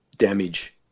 Damage